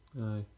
aye